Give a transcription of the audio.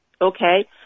okay